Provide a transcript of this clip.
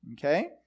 okay